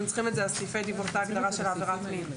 אתם צריכים את הגדרת עבירת מין.